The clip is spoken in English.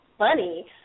funny